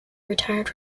retired